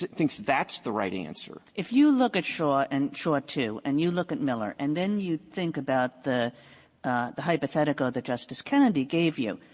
thinks that's the right answer if you look at shaw and shaw ii and you look at miller, and then you think about the the hypothetical that justice kennedy gave you,